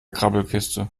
grabbelkiste